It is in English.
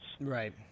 Right